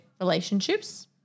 relationships